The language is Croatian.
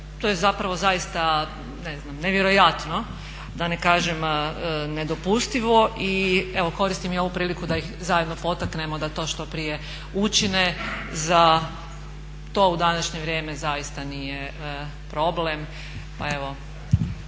To je zapravo zaista ne znam nevjerojatno, da ne kažem nedopustivo i evo koristim i ovu priliku da ih zajedno potaknemo da to što prije učine. To u današnje vrijeme zaista nije problem,